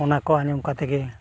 ᱚᱱᱟ ᱠᱚ ᱟᱸᱡᱚᱢ ᱠᱟᱛᱮᱫ ᱜᱮ